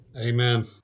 Amen